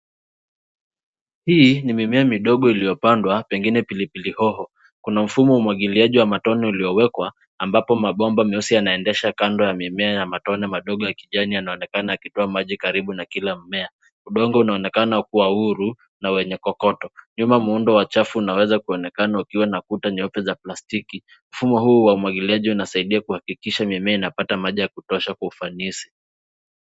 Hii ni mimea midogo iliyopandwa pengine pilipili hoho, kuna mfumo wa umwagiliaji wa matone uliowekwa ambapo mabomba meusi yanaendesha kando ya mimea ya matone madogo ya kijani yanaonekana yakitoa maji karibu na kila mmea. Udongo unaonekana kuwa huru na wenye kokoto. Nyuma muundo wa chafu unaweza kuonekana ikiwa na kuta nyeupe za plastiki. Mfumo huu wa umwagiliaji unasaidia kuhakikisha mimea inapata maji ya kutosha kwa ufanisi.